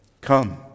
Come